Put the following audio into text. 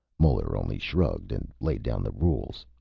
muller only shrugged and laid down the rules.